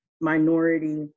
minority